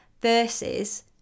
versus